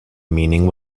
meaning